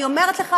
אני אומרת לך,